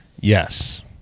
Yes